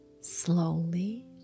slowly